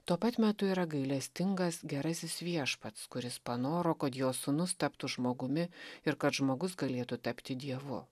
tuo pat metu yra gailestingas gerasis viešpats kuris panoro kad jo sūnus taptų žmogumi ir kad žmogus galėtų tapti dievu